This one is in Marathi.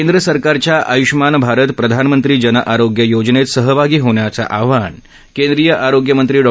केंद्र सरकारच्या आय्ष्यमान भारत प्रधानमंत्री जन आरोग्य योजनेत सहभागी होण्याचं आवाहन केंद्रीय आरोग्य मंत्री डॉ